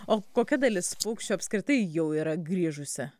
o kokia dalis paukščių apskritai jau yra grįžusi